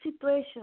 situation